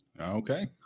Okay